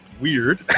weird